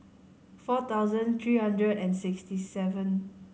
four thousand three hundred and sixty seven